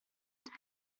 nocy